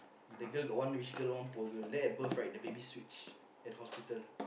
the girl got one rich girl one poor girl then at birth right the baby switch at hospital